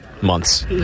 months